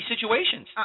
situations